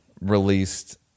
released